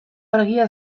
argia